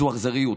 זו אכזריות,